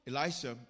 Elisha